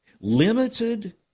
Limited